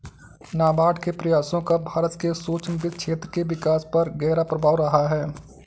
नाबार्ड के प्रयासों का भारत के सूक्ष्म वित्त क्षेत्र के विकास पर गहरा प्रभाव रहा है